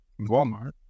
Walmart